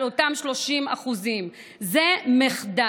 על אותם 30%. זה מחדל,